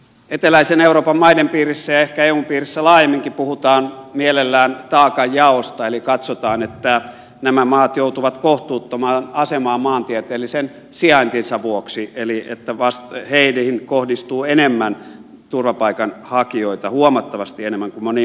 eteläisen euroopan maiden piirissä ja ehkä eun piirissä laajemminkin puhutaan mielellään taakanjaosta eli katsotaan että nämä maat joutuvat kohtuuttomaan asemaan maantieteellisen sijaintinsa vuoksi eli että heihin kohdistuu enemmän turvapaikanhakijoita huomattavasti enemmän kuin moniin muihin maihin